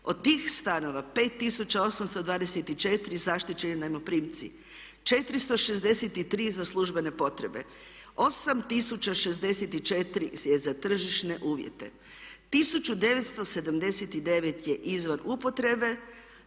od tih stanova 5824 zaštićeni najmoprimci, 463 za službene potrebe, 864 je za tržišne uvjete, 1979 je izvan upotrebe,